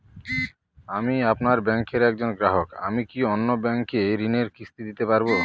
আমি আপনার ব্যাঙ্কের একজন গ্রাহক আমি কি অন্য ব্যাঙ্কে ঋণের কিস্তি দিতে পারবো?